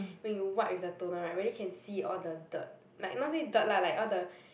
when you wipe with the toner [right] really can see all the dirt like not say dirt lah all the